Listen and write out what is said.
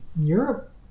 Europe